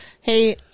Hey